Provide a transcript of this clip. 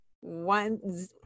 One